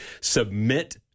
submit